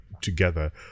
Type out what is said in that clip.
together